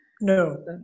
no